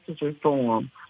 reform